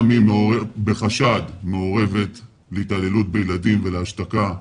גם היא מעורבת, בחשד, בהתעללות בילדים ובהשתקה.